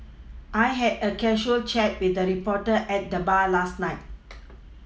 I had a casual chat with a reporter at the bar last night